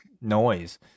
noise